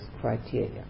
criteria